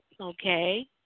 Okay